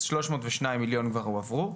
אז שלוש מאות ושניים מיליון כבר הועברו.